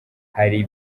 hari